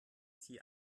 sie